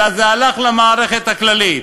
אלא זה הלך למערכת הכללית,